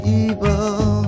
evil